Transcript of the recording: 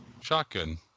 Shotgun